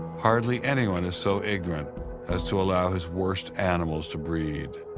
hardly anyone is so ignorant as to allow his worst animals to breed.